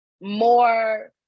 more